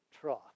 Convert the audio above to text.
trough